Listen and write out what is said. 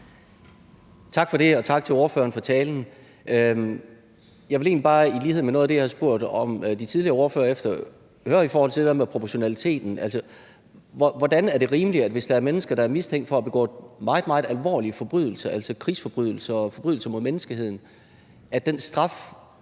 Tak for det, og tak til ordføreren for talen. Jeg ville egentlig bare – i lighed med noget af det, jeg har spurgt de tidligere ordførere til – høre til det der med proportionaliteten. Hvordan er det rimeligt, at den straf, vi fra den danske stats side giver mennesker, der er mistænkt for at have begået meget, meget alvorlige forbrydelser, altså krigsforbrydelser og forbrydelser mod menneskeheden, når de er